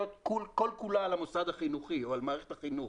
כל כולה על המוסד החינוכי או על מערכת החינוך.